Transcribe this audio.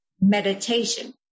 meditation